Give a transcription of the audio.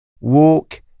Walk